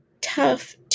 tough